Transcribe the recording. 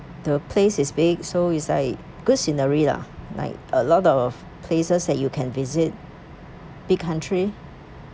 the place is big so it's like good scenery lah like a lot of places that you can visit big country